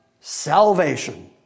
salvation